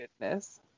goodness